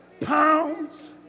Pounds